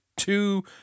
two